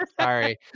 sorry